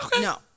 no